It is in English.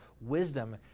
Wisdom